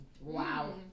Wow